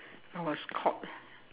I was caught